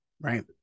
right